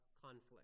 conflict